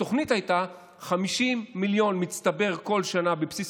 התוכנית הייתה 50 מיליון שקלים בכל שנה בבסיס